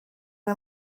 nhw